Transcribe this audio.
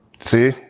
See